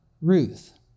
Ruth